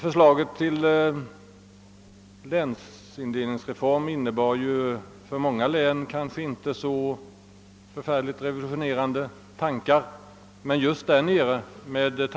Förslaget till länsindelningsreform innebar för många län inte några särskilt — revolutionerande «tankegångar, men just i den sydöstra delen av Sverige var detta fallet.